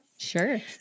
Sure